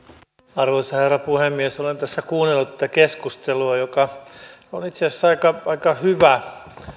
arvoisa herra puhemies olen tässä kuunnellut tätä keskustelua joka on itse asiassa aika aika hyvä